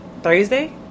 Thursday